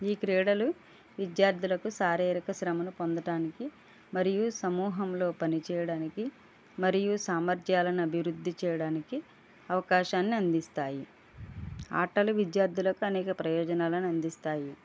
ఈ క్రీడలు విద్యార్థులకు శారీరక శ్రమను పొందడానికి మరియు సమూహంలో పని చేయడానికి మరియు సామర్థ్యాలను అభివృద్ధి చేయడానికి అవకాశాన్ని అందిస్తాయి ఆటలు విద్యార్థులకు అనేక ప్రయాజనాలను అందిస్తాయి